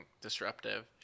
disruptive